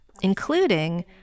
including